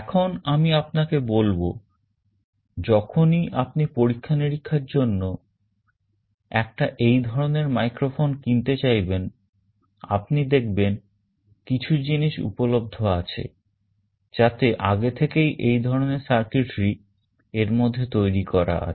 এখন আমি আপনাকে বলব যখনই আপনি পরীক্ষা নিরীক্ষার জন্য একটা এই ধরনের microphone কিনতে চাইবেন আপনি দেখবেন কিছু জিনিস উপলব্ধ আছে যাতে আগে থেকেই এই ধরনের circuitry এর মধ্যে তৈরি করা আছে